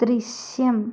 ദൃശ്യം